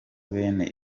bene